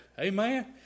Amen